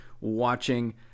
watching